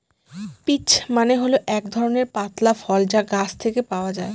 peach মানে হল এক ধরনের পাতলা ফল যা গাছ থেকে পাওয়া যায়